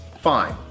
fine